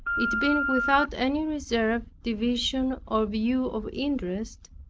it being without any reserve, division, or view of interest.